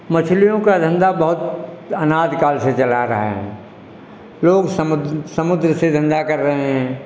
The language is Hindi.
मछलियों का धंधा बहुत अनादि काल से चला आ रहा है लोग समुद समुद्र से धंधा कर रहे हैं